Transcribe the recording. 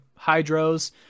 hydros